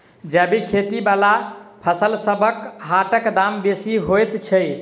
जैबिक खेती बला फसलसबक हाटक दाम बेसी होइत छी